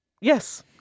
Yes